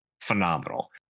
phenomenal